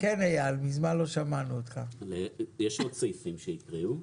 יש עוד סעיפים שהקריאו.